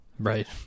Right